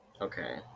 okay